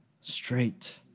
straight